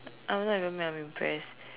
I'm not even mad I'm impressed